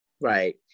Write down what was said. right